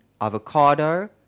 avocado